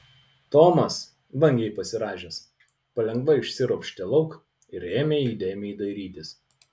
tomas vangiai pasirąžęs palengva išsiropštė lauk ir ėmė įdėmiai dairytis